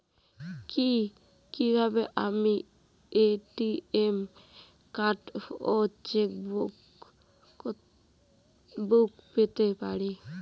কি কিভাবে আমি এ.টি.এম কার্ড ও চেক বুক পেতে পারি?